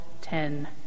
ten